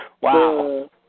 Wow